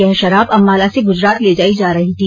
यह शराब अम्बाला से गुजरात ले जाई जा रही थी